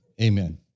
amen